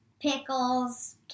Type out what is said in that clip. pickles